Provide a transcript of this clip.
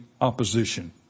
opposition